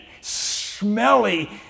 smelly